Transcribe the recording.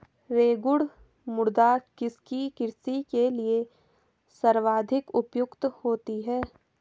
रेगुड़ मृदा किसकी कृषि के लिए सर्वाधिक उपयुक्त होती है?